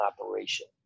operation